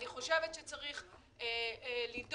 אני חושבת שצריך לדאוג,